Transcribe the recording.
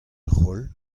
roll